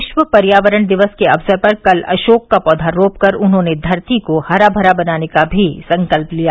विश्व पर्यावरण दिवस के अवसर पर कल अशोक का पौधा रोपकर उन्होंने धरती को हराभरा बनाने का भी संकल्प लिया